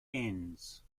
ends